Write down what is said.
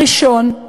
הראשון,